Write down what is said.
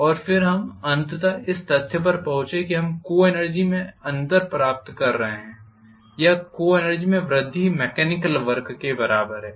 और फिर हम अंततः इस तथ्य पर पहुंचे कि हम को एनर्जी में अंतर प्राप्त कर रहे हैं या को एनर्जी में वृद्धि मेकॅनिकल वर्क के बराबर है